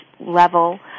level